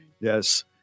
Yes